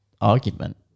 argument